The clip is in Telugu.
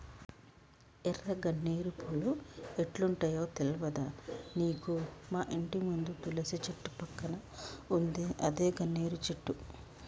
ఎర్ర గన్నేరు పూలు ఎట్లుంటయో తెల్వదా నీకు మాఇంటి ముందు తులసి చెట్టు పక్కన ఉందే అదే గన్నేరు చెట్టు